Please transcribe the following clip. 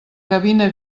gavina